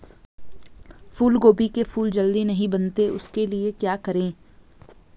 फूलगोभी के फूल जल्दी नहीं बनते उसके लिए क्या करें?